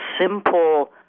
simple